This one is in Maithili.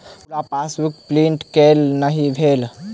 पूरा पासबुक प्रिंट केल नहि भेल